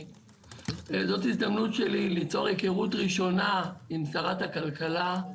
זאת הזדמנות שלי ליצור היכרות ראשונה עם שרת הכלכלה.